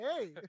hey